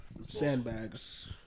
Sandbags